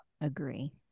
Agree